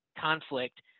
conflict